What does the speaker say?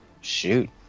shoot